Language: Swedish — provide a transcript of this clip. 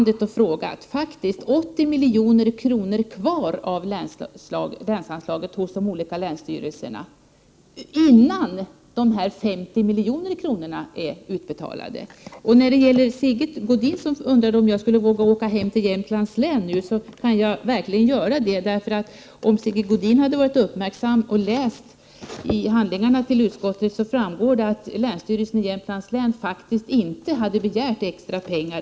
Det finns faktiskt 80 milj.kr. kvar av länsanslagen hos länsstyrelserna, innan dessa 50 milj.kr. är utbetalade. Sigge Godin undrade om jag vågade åka hem till Jämtland efter denna debatt, och jag kan svara honom att jag kan göra det. I handlingarna till utskottet framgår att länsstyrelsen i Jämtlands län faktiskt inte har begärt extra pengar.